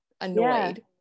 annoyed